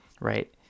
right